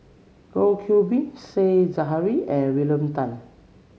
Goh Qiu Bin Said Zahari and William Tan